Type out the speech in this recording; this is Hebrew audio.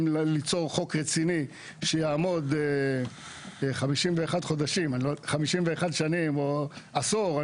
ליצור חוק רציני שיעמוד 51 שנים או עשור,